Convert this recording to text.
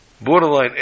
borderline